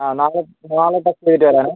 ആ നാളെ നാളെ ടെസ്റ്റ് ചെയ്തിട്ട് വരാനാണോ